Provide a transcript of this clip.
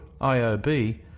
IOB